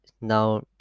now